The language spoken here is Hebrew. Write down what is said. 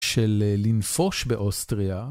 של לנפוש באוסטריה.